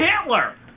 Hitler